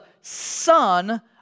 son